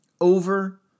Over